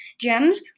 gems